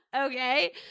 Okay